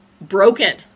broken